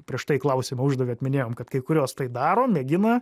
prieš tai klausimą uždavėt minėjom kad kai kurios tai daro mėgina